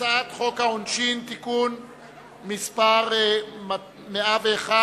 הצעת חוק העונשין (תיקון מס' 101),